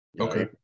Okay